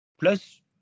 plus